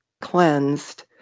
cleansed